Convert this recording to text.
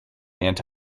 anti